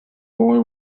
boy